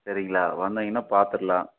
சரிங்களா வந்திங்கன்னால் பார்த்துறலாம்